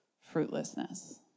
fruitlessness